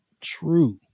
true